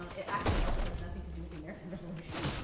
it actually also has nothing to do with the american revolution,